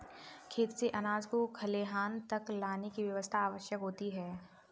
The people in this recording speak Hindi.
खेत से अनाज को खलिहान तक लाने की व्यवस्था आवश्यक होती है